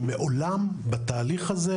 שמעולם בתהליך הזה,